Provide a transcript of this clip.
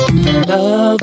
Love